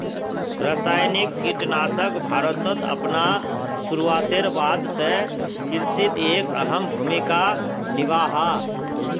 रासायनिक कीटनाशक भारतोत अपना शुरुआतेर बाद से कृषित एक अहम भूमिका निभा हा